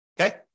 okay